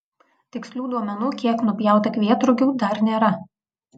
tikslių duomenų kiek nupjauta kvietrugių dar nėra